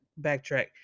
Backtrack